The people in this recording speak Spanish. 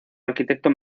arquitecto